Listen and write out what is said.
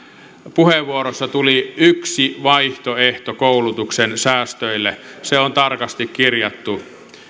puheenvuorossa tuli yksi vaihtoehto koulutuksen säästöille se on tarkasti kirjattu